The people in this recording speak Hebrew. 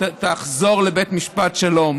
תחזור לבית משפט שלום,